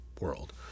world